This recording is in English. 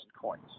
coins